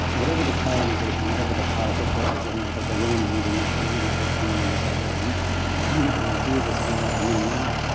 whatever the colonization, whatever the powerful forces, i think it was like the romans initially, we, you know, they came and just like, we're like, now, you're not going to do this anymore. and then that